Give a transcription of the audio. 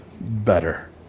better